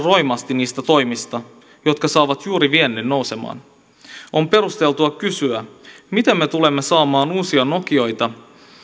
leikkaamassa roimasti niistä toimista jotka saavat juuri viennin nousemaan on perusteltua kysyä miten me tulemme saamaan uusia nokioita